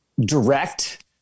direct